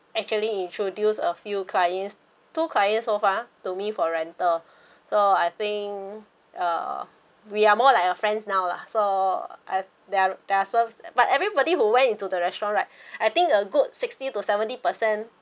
actually introduced a few clients two client so far to me for rental so I think uh we are more like a friends now lah so I their their ser~ but everybody who went into the restaurant right I think a good sixty to seventy percent